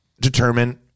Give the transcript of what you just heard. determine